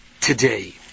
today